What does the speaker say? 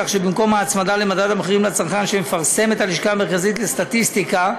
כך שבמקום הצמדה למדד המחירים לצרכן שמפרסמת הלשכה המרכזית לסטטיסטיקה,